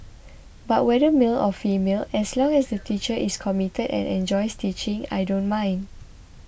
but whether male or female as long as the teacher is committed and enjoys teaching I don't mind